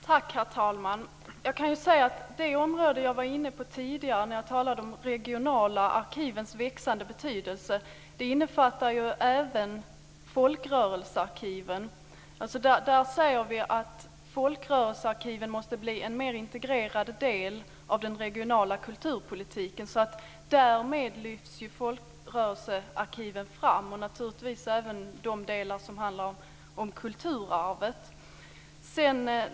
Herr talman! Jag kan säga att det område jag var inne på tidigare när jag talade om de regionala arkivens växande betydelse även innefattar folkrörelsearkiven. Där säger vi att folkrörelsearkiven måste bli en mer integrerad del av den regionala kulturpolitiken. Därmed lyfts folkrörelsearkiven fram, och naturligtvis även de delar som handlar om kulturarvet.